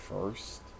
first